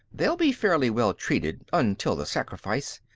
they'll be fairly well treated, until the sacrifice.